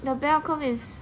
the bell curve is